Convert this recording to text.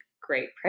great